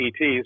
ETs